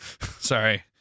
Sorry